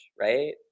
right